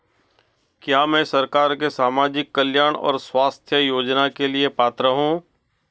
क्या मैं सरकार के सामाजिक कल्याण और स्वास्थ्य योजना के लिए पात्र हूं?